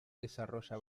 desarrolla